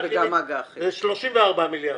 זה יוצא 34 מיליארד.